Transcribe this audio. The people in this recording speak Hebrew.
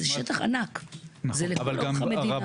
זה שטח ענק, זה לכל אורך המדינה.